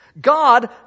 God